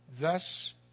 Thus